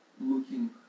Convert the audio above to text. looking